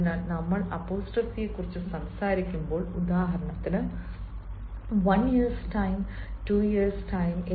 അതിനാൽ നമ്മൾ അപ്പോസ്ട്രോഫിയെക്കുറിച്ച് സംസാരിക്കുമ്പോൾ ഉദാഹരണത്തിന് "one years time two years time" one years time two years time